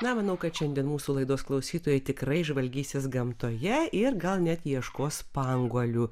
na manau kad šiandien mūsų laidos klausytojai tikrai žvalgysis gamtoje ir gal net ieškos spanguolių